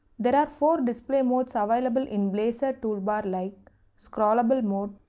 there are four display modes ah available in blazor toolbar like scrollable mode,